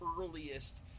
Earliest